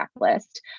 list